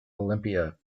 olympia